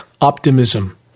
optimism